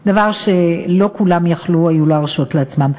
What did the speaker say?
דבר שלא כולם יכלו להרשות לעצמם.